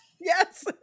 Yes